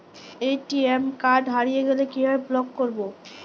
ATM card হারিয়ে গেলে কিভাবে ব্লক করবো?